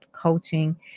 coaching